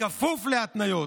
בכפוף להתניות,